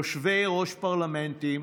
יושבי-ראש פרלמנטים,